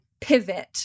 pivot